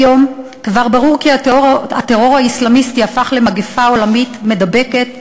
היום כבר ברור כי הטרור האסלאמיסטי הפך למגפה עולמית מידבקת,